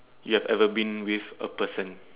you have ever been with a person